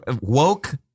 Woke